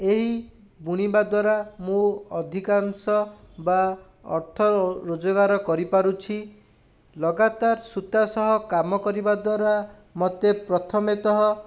ଏଇ ବୁଣିବା ଦ୍ୱାରା ମୁଁ ଅଧିକାଂଶ ବା ଅର୍ଥ ରୋଜଗାର କରିପାରୁଛି ଲଗାତାର ସୁତା ସହ କାମ କରିବା ଦ୍ୱାରା ମୋତେ ପ୍ରଥମେ ତ